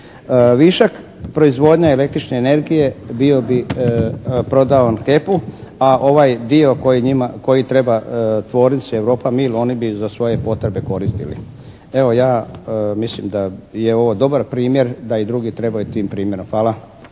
Višak proizvodnje električne energije bio bi prodavan HEP-u a ovaj dio koji treba tvornici Europa-mil oni bi za svoje potrebe koristili. Evo, ja mislim da je ovo dobar primjer, da i drugi trebaju tim primjerom. Hvala.